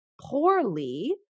poorly